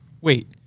Wait